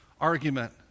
argument